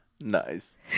Nice